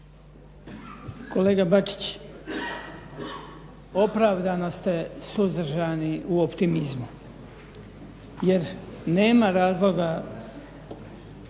Kolega Bačić, opravdano ste suzdržani u optimizmu jer nema razloga